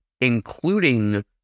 including